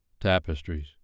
Tapestries